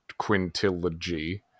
Quintilogy